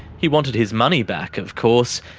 he wanted his money back of course,